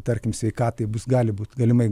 tarkim sveikatai bus gali būt galimai